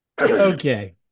Okay